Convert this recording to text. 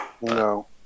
No